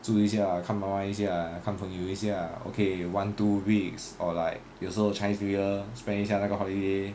住一下看妈妈一下看朋友一下 ya okay one two weeks or like 有时候 chinese new year spend 一下那个 holiday